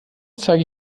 zeige